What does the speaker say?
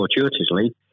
fortuitously